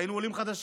היינו עולים חדשים,